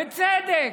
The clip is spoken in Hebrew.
בצדק.